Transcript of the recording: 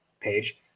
page